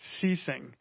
ceasing